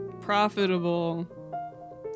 profitable